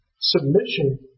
submission